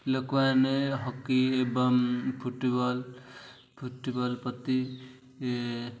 ଲୋକମାନେ ହକି ଏବଂ football football ପ୍ରତି